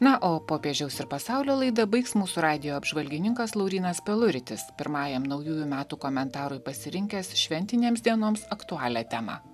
na o popiežiaus ir pasaulio laidą baigs mūsų radijo apžvalgininkas laurynas peluritis pirmajam naujųjų metų komentarui pasirinkęs šventinėms dienoms aktualią temą